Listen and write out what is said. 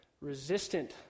resistant